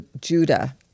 Judah